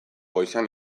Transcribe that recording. goizean